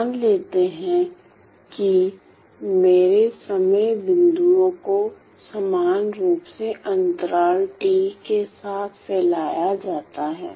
मान लेते हैं कि मेरे समय बिंदुओं को समान रूप से अंतराल T के साथ फैलाया जाता है